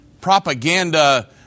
propaganda